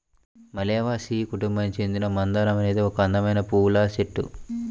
మాల్వేసి కుటుంబానికి చెందిన మందారం అనేది ఒక అందమైన పువ్వుల చెట్టు